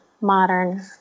modern